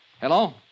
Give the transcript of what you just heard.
Hello